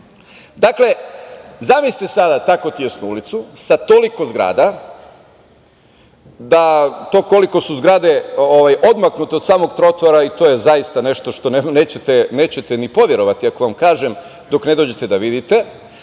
recimo. Dakle, zamislite sada tako tesnu ulicu, sa toliko zgrada. To koliko su zgrade odmaknute od samog trotoara to je zaista nešto što nećete ni poverovati ako vam kažem dok ne dođete da vidite,